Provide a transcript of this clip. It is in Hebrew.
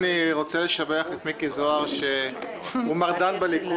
אני רוצה לשבח את מיקי זוהר שהוא מרדן בליכוד